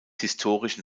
historischen